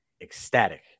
ecstatic